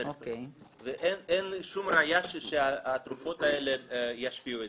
אין שום ראיה שהתרופות האלה ישפיעו אצלם.